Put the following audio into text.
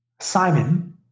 simon